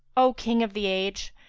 o king of the age,